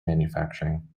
manufacturing